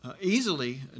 easily